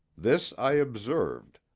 this i observed,